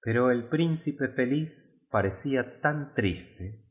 pero et principe feliz parecía tan triste